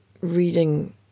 reading